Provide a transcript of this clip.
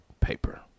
paper